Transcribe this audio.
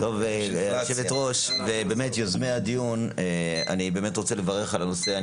היושבת-ראש ויוזמי הדיון, אני רוצה לברך על הנושא.